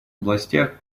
областях